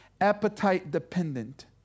appetite-dependent